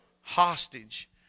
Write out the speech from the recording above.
hostage